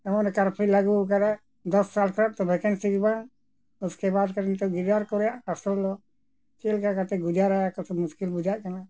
ᱮᱢᱚᱱᱮ ᱠᱟᱨᱯᱷᱤᱭᱩᱭ ᱞᱟᱹᱜᱩ ᱟᱠᱟᱫᱟ ᱫᱚᱥ ᱥᱟᱞ ᱠᱷᱚᱱ ᱵᱷᱮᱠᱮᱱᱥᱤ ᱵᱟᱝ ᱩᱥᱠᱮ ᱵᱟᱫ ᱜᱤᱫᱟᱹᱨ ᱠᱚᱨᱮᱭᱟᱜ ᱟᱥᱚᱞ ᱫᱚ ᱪᱮᱫ ᱞᱮᱠᱟ ᱠᱟᱛᱮᱜ ᱜᱩᱡᱟᱨᱟ ᱠᱚ ᱢᱩᱥᱠᱤᱞ ᱵᱩᱡᱷᱟᱹᱜ ᱠᱟᱱᱟ